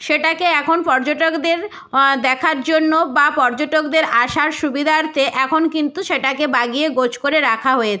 সেটাকে এখন পর্যটকদের দেখার জন্য বা পর্যটকদের আসার সুবিধার্থে এখন কিন্তু সেটাকে বাগিয়ে গোছ করে রাখা হয়েচে